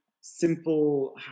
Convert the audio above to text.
simple